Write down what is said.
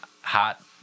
hot